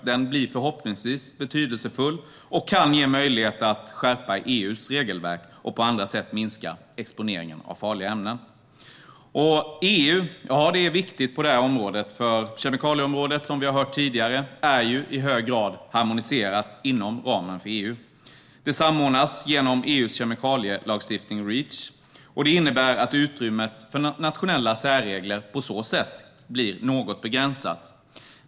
Den blir förhoppningsvis betydelsefull och kan ge möjlighet att skärpa EU:s regelverk och på andra sätt minska exponeringen för farliga ämnen. EU är viktigt här. Kemikalieområdet är, som vi hört tidigare, i hög grad harmoniserat inom ramen för EU. Det samordnas genom EU:s kemikalielagstiftning Reach, vilket innebär att utrymmet för nationella särregler är något begränsat.